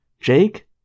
Jake